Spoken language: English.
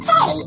Hey